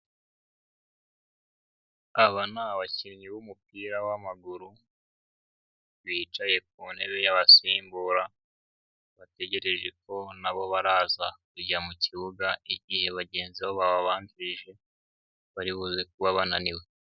Aba ni abakinnyi b'umupira w'amaguru, bicaye ku ntebe y'abasimbura, bategereje ko na bo baraza kujya mu kibuga igihe bagenzi babo babanjirije baribuze kuba bananiwe.